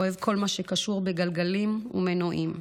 אוהב כל מה שקשור בגלגלים ומנועים,